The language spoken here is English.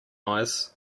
eyes